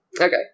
Okay